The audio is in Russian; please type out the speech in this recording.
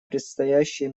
предстоящие